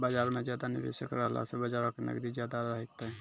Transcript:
बजार मे ज्यादा निबेशक रहला से बजारो के नगदी ज्यादा रहतै